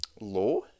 law